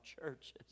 churches